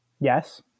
Yes